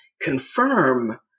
confirm